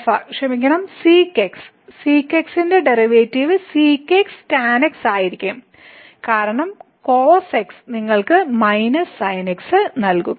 2α ക്ഷമിക്കണം sec x sec x ന്റെ derivative sec x tan x ആയിരിക്കും കാരണം cos x നിങ്ങൾക്ക് -sin x നൽകും